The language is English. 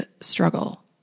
struggle